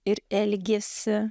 ir elgesį